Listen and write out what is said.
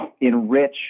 enrich